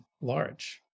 large